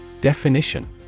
Definition